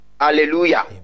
Hallelujah